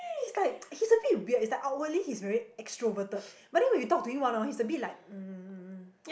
he's like he's a bit weird it's like outwardly he's very extroverted but then when you talk to him one orh he's a bit like um